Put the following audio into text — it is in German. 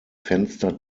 fenster